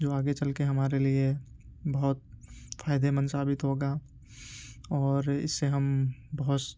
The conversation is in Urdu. جو آگے چل کے ہمارے لیے بہت فائدے مند ثابت ہوگا اور اس سے ہم بہت